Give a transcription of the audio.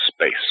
space